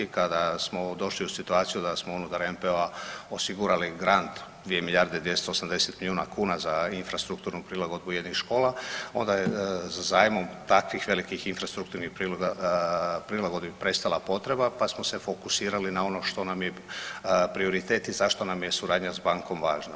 Kada smo došli u situaciju da smo unutar NPO-a osigurali grant 2 milijarde 280 milijuna kuna za infrastrukturnu prilagodbu jednih škola onda je za zajmom takvih velikih infrastrukturnih prilagodbi prestala potreba pa smo se fokusirali na ono što nam je prioritet i zašto nam je suradnja s bankom važna.